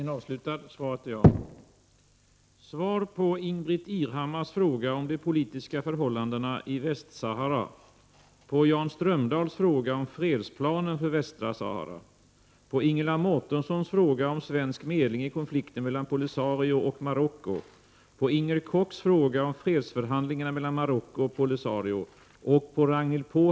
Det västsahariska folkets kamp för självbestämmande och oberoende har pågått i mer än 13 år. I förra veckan hölls en konferens för européparlamentariker i Rom, där deltagarna var överens om att frågan om Västsahara inte kan lösas militärt, utan den måste lösas genom direkta dialoger och förhandlingar mellan kungariket Marocko och befrielserörelsen Polisario. En första samtalsomgång skedde mellan parterna i januari i år. Därefter har Marocko inte gått med på fortsatta diskussioner, trots att FN:s generalförsamling antagit en resolution om en fredsplan för Västsahara, som accepterats av båda parter.